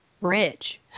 rich